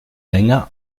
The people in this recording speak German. länger